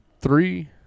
three